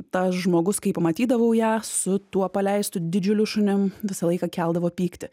tą žmogus kai pamatydavau ją su tuo paleistu didžiuliu šunim visą laiką keldavo pyktį